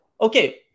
okay